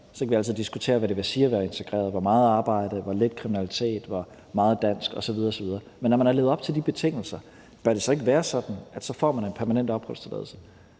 Så kan vi altid diskutere, hvad det vil sige at være integreret – hvor meget arbejde, hvor lidt kriminalitet, hvor meget dansk osv. osv. – men når man har levet op til de betingelser, bør det så ikke være sådan, at så får man en permanent opholdstilladelse?